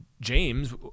James